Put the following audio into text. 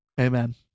Amen